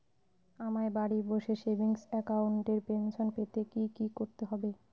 আমায় বাড়ি বসে সেভিংস অ্যাকাউন্টে পেনশন পেতে কি কি করতে হবে?